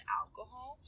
alcohol